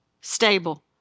stable